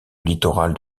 littoral